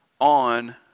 on